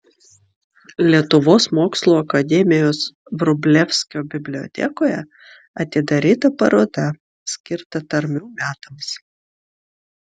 lietuvos mokslų akademijos vrublevskio bibliotekoje atidaryta paroda skirta tarmių metams